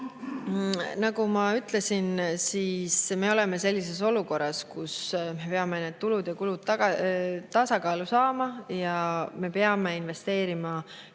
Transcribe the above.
Nagu ma ütlesin, me oleme sellises olukorras, kus me peame tulud ja kulud tasakaalu saama ja me peame investeerima